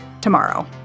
tomorrow